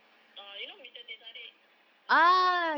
uh you know mister teh tarik gitu ah